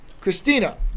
Christina